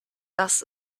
das